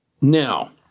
Now